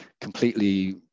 completely